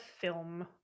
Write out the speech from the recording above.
film